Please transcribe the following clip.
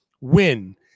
win